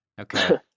Okay